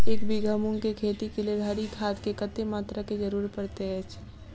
एक बीघा मूंग केँ खेती केँ लेल हरी खाद केँ कत्ते मात्रा केँ जरूरत पड़तै अछि?